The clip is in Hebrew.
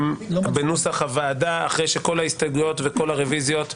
בנוסח הוועדה אחרי שכל ההסתייגויות וכל הרביזיות נדחו.